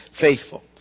faithful